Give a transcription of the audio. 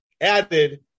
added